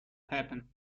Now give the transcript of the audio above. happen